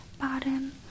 bottom